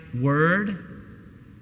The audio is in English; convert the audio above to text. word